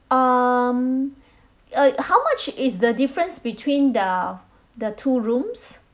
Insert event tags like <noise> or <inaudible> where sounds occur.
um <breath> uh how much is the difference between the the two rooms